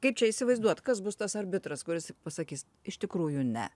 kaip čia įsivaizduot kas bus tas arbitras kuris pasakys iš tikrųjų ne